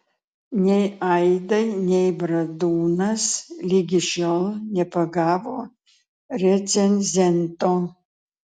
nei aidai nei bradūnas ligi šiol nepagavo recenzento